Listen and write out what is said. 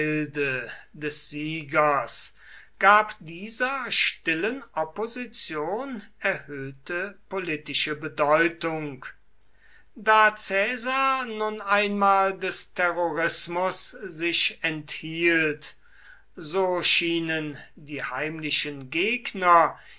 des siegers gab dieser stillen opposition erhöhte politische bedeutung da caesar nun einmal des terrorismus sich enthielt so schienen die heimlichen gegner